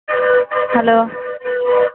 hello